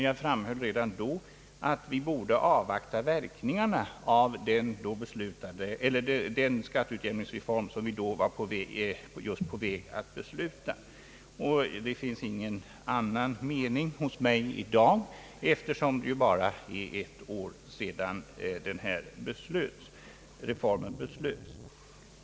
Jag framhöll dock redan då, att vi borde avvakta verkningarna av den skatteutjämningsreform vi just var på väg att besluta om. Det finns ingen annan mening hos mig i dag, eftersom det ju bara är ett år sedan reformen beslöts.